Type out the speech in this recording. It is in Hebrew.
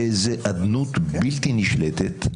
באיזו אדנות בלתי נשלטת,